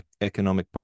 economic